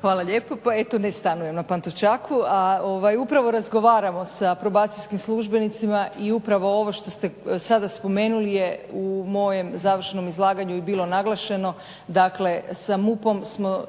Hvala lijepo. Pa eto ne stanujem na Pantovčaku. A upravo razgovaramo sa probacijskim službenicima i upravo ovo što ste sada spomenuli je u mojem završenom izlaganju i bilo naglašeno. Dakle, sa MUP-om smo